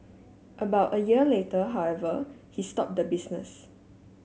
about a year later however he stop the business